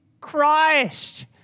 Christ